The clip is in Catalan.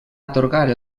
atorgar